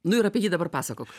nu ir apie jį dabar pasakok